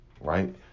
right